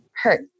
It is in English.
hurt